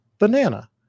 Banana